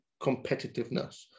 competitiveness